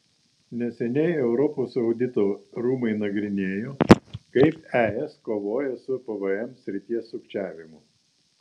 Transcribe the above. neseniai europos audito rūmai nagrinėjo kaip es kovoja su pvm srities sukčiavimu